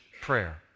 prayer